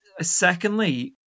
secondly